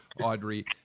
Audrey